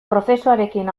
prozesuarekin